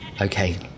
Okay